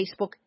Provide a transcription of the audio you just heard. Facebook